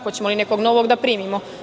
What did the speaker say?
Hoćemo li nekog novog da primimo?